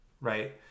Right